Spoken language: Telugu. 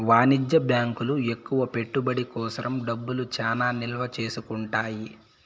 వాణిజ్య బ్యాంకులు ఎక్కువ పెట్టుబడి కోసం డబ్బులు చానా నిల్వ చేసుకుంటాయి